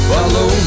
Follow